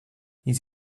ils